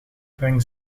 breng